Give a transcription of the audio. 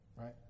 Right